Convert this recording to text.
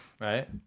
Right